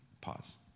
Pause